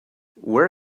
where